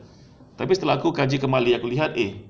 tapi kalau aku kaji kembali aku lihat eh